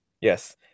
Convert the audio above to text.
Yes